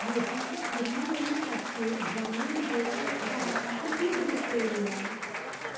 म्हज्या जम्मू आनी काश्मीर ग्रामीण बँक खात्यात कितले पयशे उरल्या